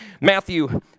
Matthew